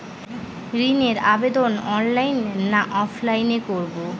ঋণের আবেদন অনলাইন না অফলাইনে করব?